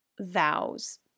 vows